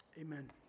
Amen